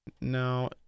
Now